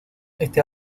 este